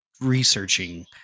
researching